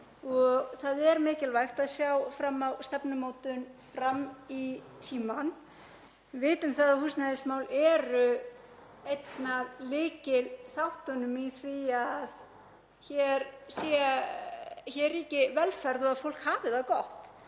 það er mikilvægt að sjá fram á stefnumótun fram í tímann. Við vitum að húsnæðismál eru einn af lykilþáttunum í því að hér ríki velferð og að fólk hafi það gott,